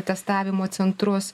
testavimo centrus